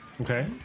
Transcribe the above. Okay